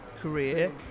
career